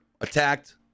attacked